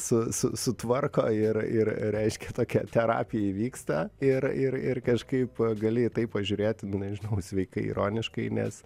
su su sutvarko ir ir reiškia tokia terapija įvyksta ir ir ir kažkaip gali į tai pažiūrėti nežinau sveikai ironiškai nes